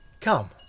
Come